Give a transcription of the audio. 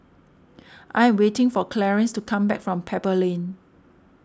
I am waiting for Clarence to come back from Pebble Lane